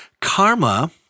karma